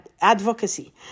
advocacy